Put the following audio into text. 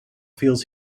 feels